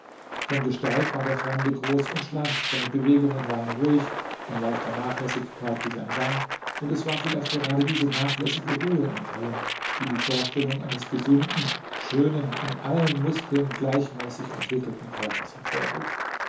von gestalt war der fremde groß und schlank seine bewegungen waren ruhig von leichter nachlässigkeit wie sein gang und es war vielleicht gerade diese nachlässige ruhe in allem die die vorstellung eines gesunden schönen in allen muskeln gleichmäßig entwickelten körpers hervorrief